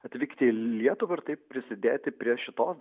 atvykti į lietuvą ir taip prisidėti prie šitos